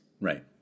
Right